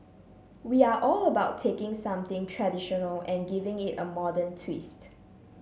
we are all about taking something traditional and giving it a modern twist